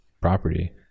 property